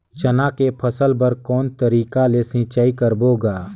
चना के फसल बर कोन तरीका ले सिंचाई करबो गा?